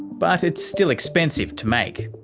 but it's still expensive to make.